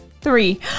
three